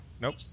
nope